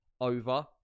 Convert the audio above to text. Over